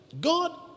God